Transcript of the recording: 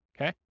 Okay